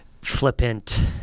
flippant